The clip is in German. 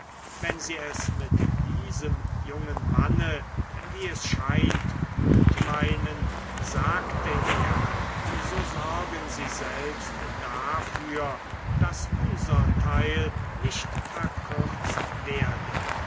wenn sie es mit diesem jungen manne wie es scheint gut meinen sagte er so sorgen sie selbst dafür daß unser teil nicht verkürzt werde